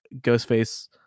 Ghostface